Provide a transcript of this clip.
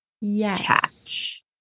Yes